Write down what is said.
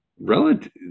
relative